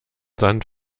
sand